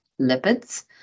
lipids